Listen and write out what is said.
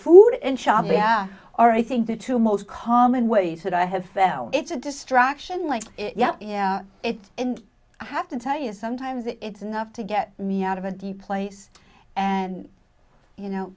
food in shabwah or i think the two most common ways that i have found it's a distraction like yeah it and i have to tell you sometimes it's enough to get me out of a deep place and you know